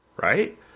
Right